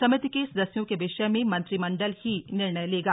समिति के सदस्यों के विषय में मंत्रिमंडल ही निर्णय लेगा